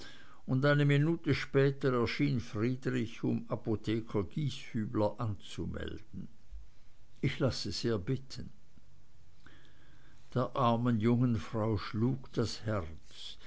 und eine minute später erschien friedrich um apotheker gieshübler anzumelden ich lasse sehr bitten der armen jungen frau schlug das herz